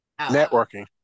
Networking